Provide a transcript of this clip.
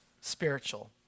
spiritual